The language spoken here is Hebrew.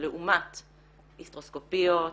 לעומת היסטרוסקופיות,